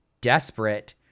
desperate